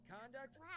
conduct